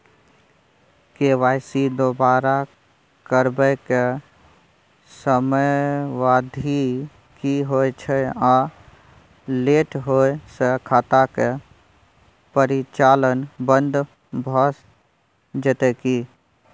KYC दोबारा करबै के समयावधि की होय छै आ लेट होय स खाता के परिचालन बन्द भ जेतै की?